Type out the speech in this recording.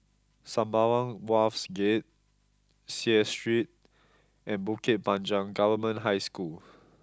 Sembawang Wharves Gate Seah Street and Bukit Panjang Government High School